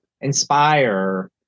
inspire